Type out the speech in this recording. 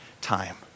time